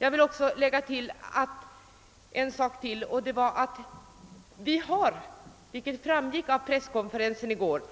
Låt mig tillägga en sak, nämligen att vi har, vilket framgick av presskonferensen i går,